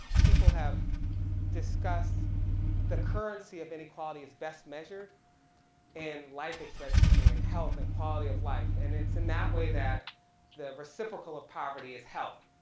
people have discussed the currency of inequality is best measured in and life expectancy and health and quality of life and it's in that way that the reciprocal of poverty is health.